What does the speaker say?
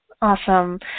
Awesome